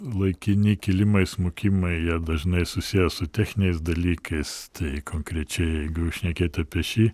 laikini kilimai smukimai jie dažnai susiję su techniniais dalykais tai konkrečiai šnekėt apie šį